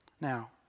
Now